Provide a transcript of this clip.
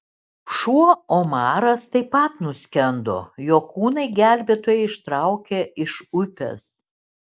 šuo omaras taip pat nuskendo jo kūną gelbėtojai ištraukė iš upės